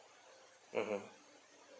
mmhmm